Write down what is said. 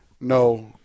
no